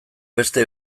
beste